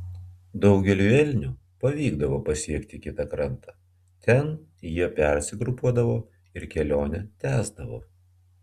daugeliui elnių pavykdavo pasiekti kitą krantą ten jie persigrupuodavo ir kelionę tęsdavo